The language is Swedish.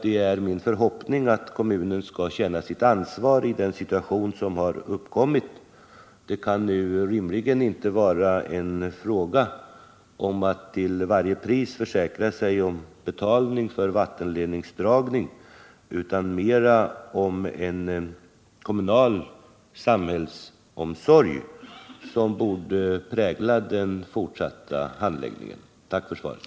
Det är min förhoppning att kommunen skall känna sitt ansvar i den situation som har uppkommit. Det kan nu rimligen inte vara fråga om att till varje pris försäkra sig om betalning för vattenledningsdragning, utan det är kommunens samhällsomsorg som bör prägla den fortsatta handläggningen. Tack än en gång för svaret!